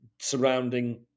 surrounding